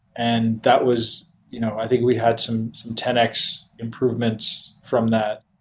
and that was you know i think we had some some ten x improvements from that.